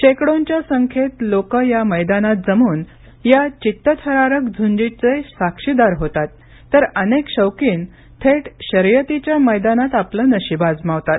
शेकडोंच्या संख्येत लोक या मैदानात जमून या चित्तथरारक झूंजीचे साक्षीदार होतात तर अनेक शौकीन थेट शर्यतीच्या मैदानात आपले नशीब आजमावितात